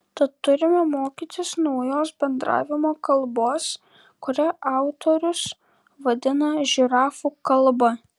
tad turime mokytis naujos bendravimo kalbos kurią autorius vadina žirafų kalba